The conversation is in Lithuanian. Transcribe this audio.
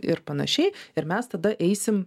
ir panašiai ir mes tada eisim